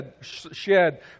shed